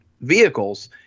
vehicles